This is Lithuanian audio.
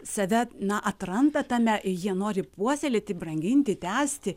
save na atranda tame jie nori puoselėti branginti tęsti